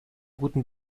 guten